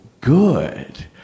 good